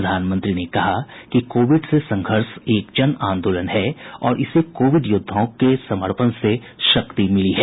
प्रधानमंत्री ने कहा कि कोविड से संघर्ष एक जन आंदोलन है और इसे कोविड योद्धाओं के समर्पण से शक्ति मिली है